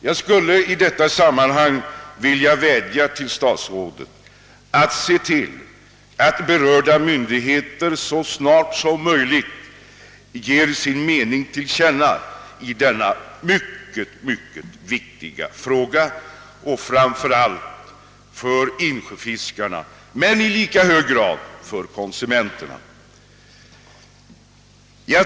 Jag skulle i detta sammanhang vilja vädja till statsrådet att tillse att de berörda myndigheterna så snart som möjligt ger sin mening till känna i denna mycket viktiga fråga, framför allt för insjöfiskarna men i lika hög grad för konsumenterna.